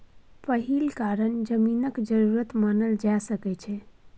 पहिल कारण जमीनक जरूरत मानल जा सकइ छै